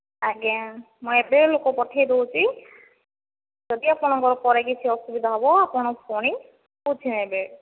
ଆଜ୍ଞା ମୁଁ ଏବେ ଲୋକ ପଠାଇ ଦେଉଛି ଯଦି ଆପଣଙ୍କର ପରେ କିଛି ଅସୁବିଧା ହେବ ଆପଣ ପୁଣି ବୁଝିନେବେ